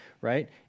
right